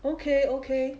okay okay